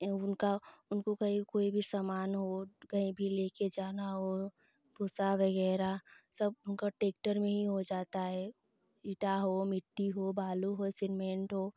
उनका उनको कहीं भी कोई भी सामान हो कहीं भी ले कर जाना हो भूसा वगैरह सब उनका ट्रैक्टर में हीं हो जाता है ईटा हो मिट्टी हो बालू हो सीमेंट हो